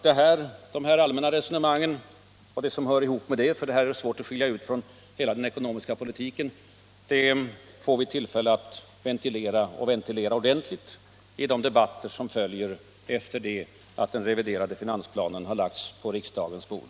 De allmänna resonemangen -— det här är svårt att skilja ut från hela den ekonomiska politiken — får vi tillfälle att ventilera och ventilera ordentligt i de debatter som följer efter det att den reviderade finansplanen har lagts på riksdagens bord.